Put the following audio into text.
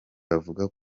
bavuga